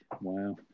Wow